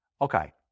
Okay